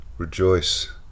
rejoice